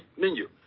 menu